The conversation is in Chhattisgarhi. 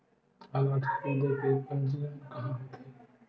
अनाज खरीदे के पंजीयन कहां होथे?